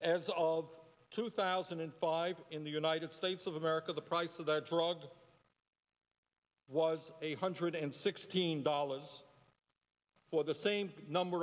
and solve two thousand and five in the united states of america the price of the drug was a hundred and sixteen dollars for the same number